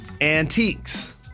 Antiques